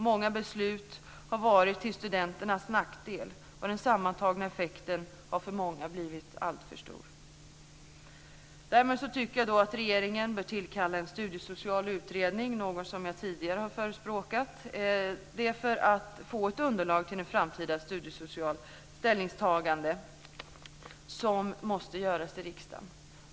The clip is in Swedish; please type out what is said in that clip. Många beslut har varit till studenternas nackdel, och den sammantagna effekten har för många blivit alltför stor. Därmed tycker jag att regeringen bör tillkalla en studiesocial utredning, något som jag tidigare har förespråkat - detta för att få ett underlag till det framtida studiesociala ställningstagande som måste göras i riksdagen.